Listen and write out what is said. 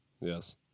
Yes